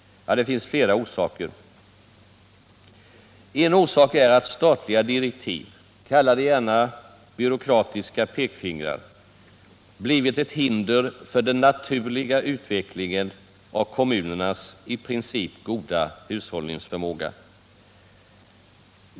Det finns flera orsaker. En orsak är att statliga direktiv — kalla det gärna byråkratiska pekfingrar —- blivit ett hinder för den naturliga utvecklingen av kommunernas i princip goda hushållningsförmåga.